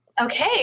Okay